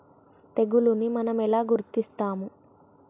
తెగులుని మనం ఎలా గుర్తిస్తాము?